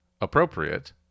appropriate